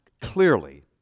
clearly